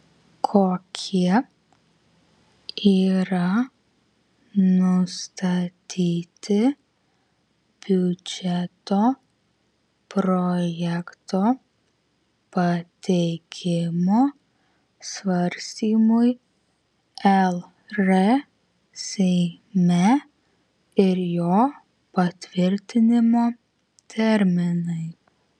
kokie yra nustatyti biudžeto projekto pateikimo svarstymui lr seime ir jo patvirtinimo terminai